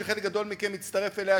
שחלק גדול מכם הצטרף אליה,